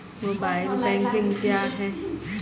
Mobile banking क्या हैं?